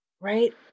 right